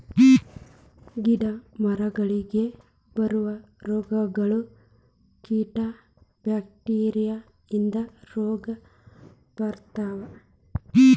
ಗಿಡಾ ಮರಗಳಿಗೆ ಬರು ರೋಗಗಳು, ಕೇಟಾ ಬ್ಯಾಕ್ಟೇರಿಯಾ ಇಂದ ರೋಗಾ ಬರ್ತಾವ